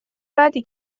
بدی